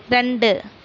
രണ്ട്